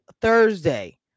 Thursday